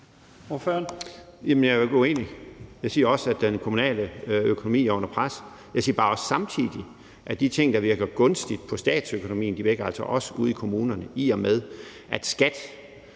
jeg er jo ikke uenig. Jeg siger også, at den kommunale økonomi er under pres. Jeg siger bare også samtidig, at de ting, der virker gunstigt på statsøkonomien, altså også virker ude i kommunerne, i og med at